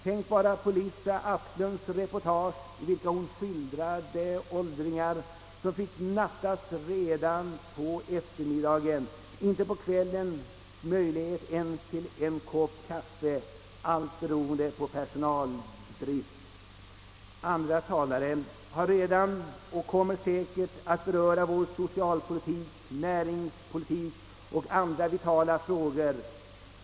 Tänk bara på Lis Asklunds reportage, i vilket hon skildrar åldringar som fick nattas redan på eftermiddagen och som inte hade möjlighet att få en kopp kaffe på kvällen, allt beroende på personalbrist. Andra talare har redan berört och kommer säkert att beröra vår socialpolitik, vår näringspolitik och andra vitala frågor.